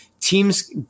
teams